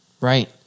right